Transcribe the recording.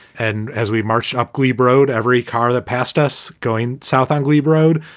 and as we marched up glebe road, every car that passed us going south on glebe road,